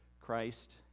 Christ